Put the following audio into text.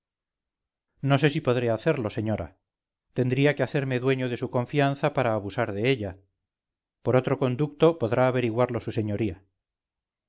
no sé si podré hacerlo señora tendría que hacerme dueño de su confianza para abusar de ella por otro conducto podrá averiguarlo su señoría